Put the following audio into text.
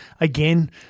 again